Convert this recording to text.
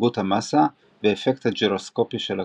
התפלגות המסה והאפקט הגירוסקופי של הכלי.